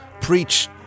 preach